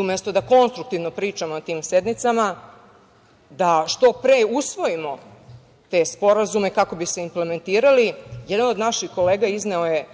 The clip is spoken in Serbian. Umesto da konstruktivno pričamo na tim sednicama, da što pre usvojimo te sporazume kako bi se implementirali, jedan od naših kolega izneo je